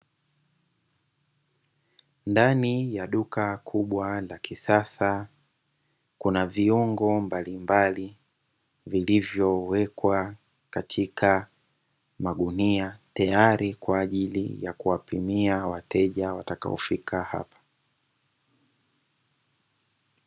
Ndani ya duka kubwa la kisasa, kuna viungo mbalimbali vilivyowekwa katika magunia, tayari kwa ajili ya kuwapimia wateja watakaofika hapa.